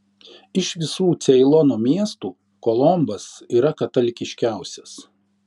iš visų ceilono miestų kolombas yra katalikiškiausias